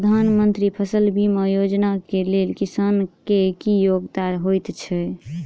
प्रधानमंत्री फसल बीमा योजना केँ लेल किसान केँ की योग्यता होइत छै?